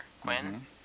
Quinn